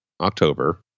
October